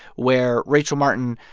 where rachel martin,